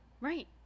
Right